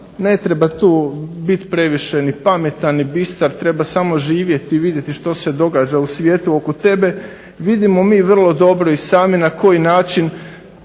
ne treba tu biti ni previše pametan, ni bistar, treba samo živjeti i vidjeti što se događa u svijetu oko tebe. Vidimo mi vrlo dobro i sami na koji način